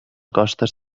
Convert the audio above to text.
costes